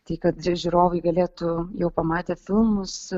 tai kad čia žiūrovai galėtų jau pamatę filmus